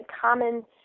common